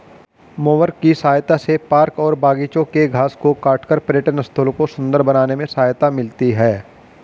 mower की सहायता से पार्क और बागिचों के घास को काटकर पर्यटन स्थलों को सुन्दर बनाने में सहायता मिलती है